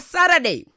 Saturday